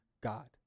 God